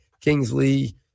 Kingsley